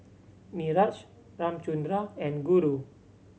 Niraj Ramchundra and Guru